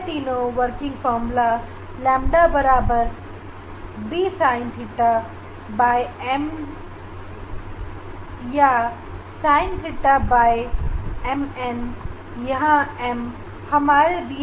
यह तीनों working formula है जो कि इस प्रकार है ƛ d sinθn sinθmn यहां पर m की गणना हम उपलब्ध जानकारी से कर लेंगे